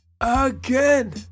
again